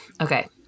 Okay